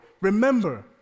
Remember